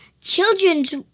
Children's